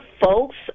folks